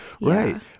Right